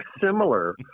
similar